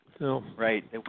Right